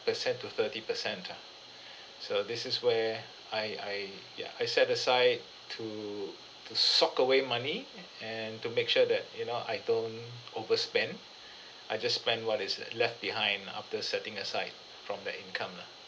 percent to thirty percent ah so this is where I I ya I set aside to to sock away money a~ and to make sure that you know I don't overspend I just spend what is left behind after setting aside from the income lah